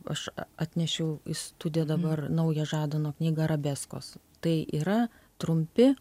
aš atnešiau į studiją dabar naują žadano knygą arabeskos tai yra trumpi